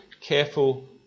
careful